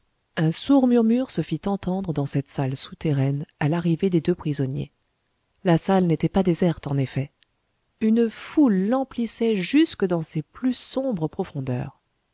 un sourd murmure se fit entendre dans cette salle souterraine à l'arrivée des deux prisonniers la salle n'était pas déserte en effet une foule l'emplissait jusque dans ses plus sombres profondeurs